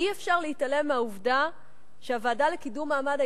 ואי-אפשר להתעלם מהעובדה שהוועדה לקידום מעמד